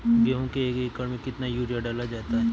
गेहूँ के एक एकड़ में कितना यूरिया डाला जाता है?